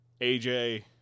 aj